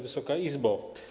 Wysoka Izbo!